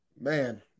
Man